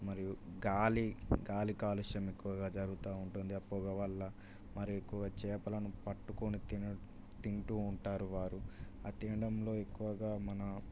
మరియు గాలి గాలి కాలుష్యం ఎక్కువగా జరుగుతూ ఉంటుంది ఆ పొగవల్ల మరి ఎక్కువగా చేపలను పట్టుకొని తిన తింటూ ఉంటారు వారు తినడంలో ఎక్కువగా మన